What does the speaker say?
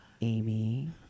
Amy